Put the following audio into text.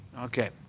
Okay